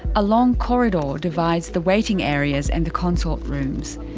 a long corridor divides the waiting areas and the consult rooms.